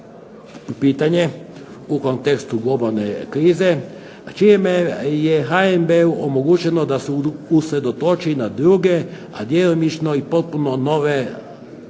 pitanje, u kontekstu globalne krize, čime je HNB-u omogućeno da se usredotoči na druge djelomično potpuno nove